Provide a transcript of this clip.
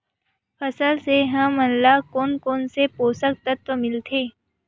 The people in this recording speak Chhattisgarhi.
फसल से हमन ला कोन कोन से पोषक तत्व मिलथे?